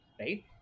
right